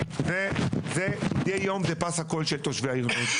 יום זה פס הקול של תושבי העיר לוד.